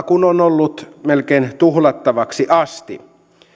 kun on ollut melkein tuhlattavaksi asti